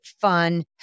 fun